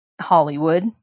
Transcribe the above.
Hollywood